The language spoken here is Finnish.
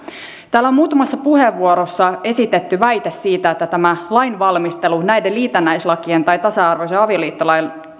täällä on muutamassa puheenvuorossa esitetty väite siitä että tämä lainvalmistelu näiden liitännäislakien tai tasa arvoisen avioliittolain